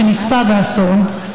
שנספה באסון,